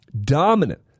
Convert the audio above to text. dominant